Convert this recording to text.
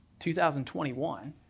2021